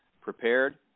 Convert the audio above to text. prepared